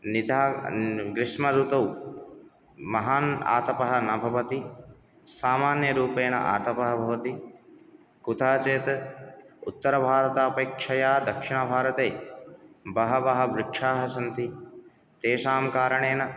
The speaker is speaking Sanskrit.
निघा ग्रीष्म ऋतौ महान् आतपः न भवति सामान्य रूपेण आतपः भवति कुतः चेत् उत्तर भारतापेक्षया दक्षिण भारते बहवः वृक्षाः सन्ति तेषां कारणेन